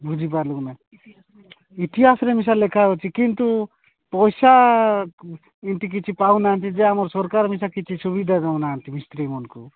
ବୁଝିପାରିଲୁ ନା ଇତିହାସରେ ମିଶା ଲେଖାହେଉଛିି କିନ୍ତୁ ପଇସା ଏମତି କିଛି ପାଉନାହାନ୍ତି ଯେ ଆମର ସରକାର କିଛି ସୁବିଧା ଦେଉନାହାନ୍ତି ମିସ୍ତ୍ରୀମାନଙ୍କୁ